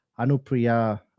Anupriya